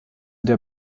der